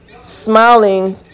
smiling